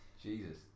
Jesus